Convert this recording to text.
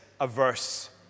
averse